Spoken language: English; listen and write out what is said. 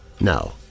No